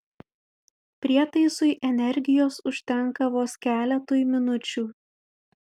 prietaisui energijos užtenka vos keletui minučių